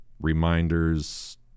Reminders